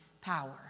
power